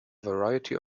variety